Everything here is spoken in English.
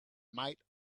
might